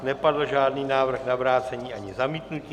Nepadl žádný návrh na vrácení ani zamítnutí.